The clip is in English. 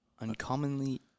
Uncommonly